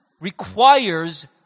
requires